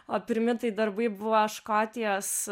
o pirmi tai darbai buvo škotijos